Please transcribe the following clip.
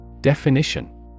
Definition